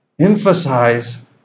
emphasize